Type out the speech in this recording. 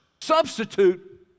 substitute